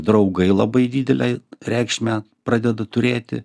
draugai labai didelę reikšmę pradeda turėti